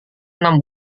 enam